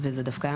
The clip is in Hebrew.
התקשורת.